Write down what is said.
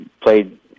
played